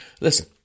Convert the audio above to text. listen